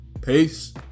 Peace